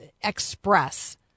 express